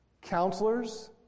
Counselors